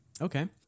Okay